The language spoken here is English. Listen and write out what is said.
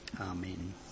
Amen